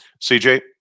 CJ